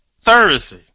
Thursday